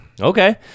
Okay